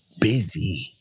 busy